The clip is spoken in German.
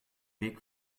weg